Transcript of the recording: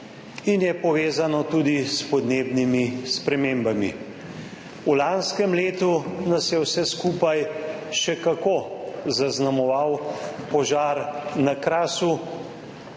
in je povezano tudi s podnebnimi spremembami. V lanskem letu nas je vse skupaj še kako zaznamoval požar na Krasu.